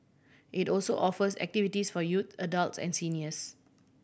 it also offers activities for youths adults and seniors